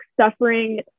suffering